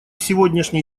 сегодняшней